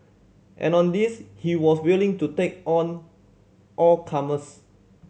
and on this he was willing to take on all comers